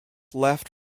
left